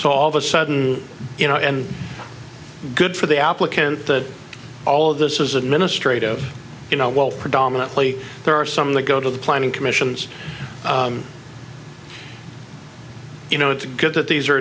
so all of a sudden you know and good for the applicant that all of this is administrative you know while predominantly there are some the go to the planning commission so you know it's good that these are